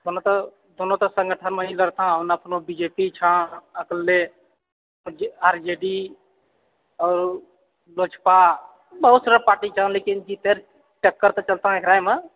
मतलब दुनूके सङ्गठनमे ई लड़का ओना कोनो बीजेपीठाँ अकले अर आर जे डी आओर लोजपा बहुत सारा पार्टी छऽ लेकिन जितै टक्कर तऽ चलतौ एकराहीमे